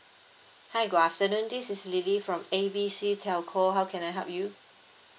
hi good afternoon this is lily from A B C telco how can I help you